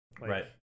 Right